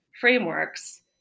frameworks